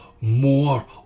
more